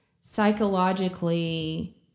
psychologically